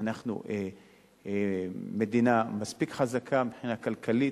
אנחנו מדינה מספיק חזקה מבחינה כלכלית,